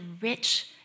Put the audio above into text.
rich